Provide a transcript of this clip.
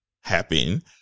happen